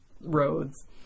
roads